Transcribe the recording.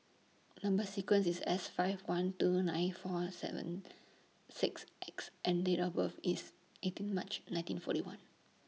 Number sequence IS S five one two nine four seven six X and Date of birth IS eighteen March nineteen forty one